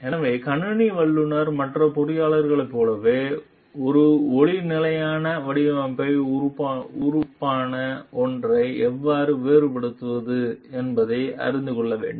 எனவே கணினி வல்லுநர்கள் மற்ற பொறியாளர்களைப் போலவே ஒரு ஒளி நிலையான வடிவமைப்பு உறுப்பான ஒன்றை எவ்வாறு வேறுபடுத்துவது என்பதை அறிந்து கொள்ள வேண்டும்